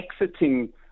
exiting